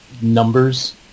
numbers